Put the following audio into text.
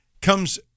comes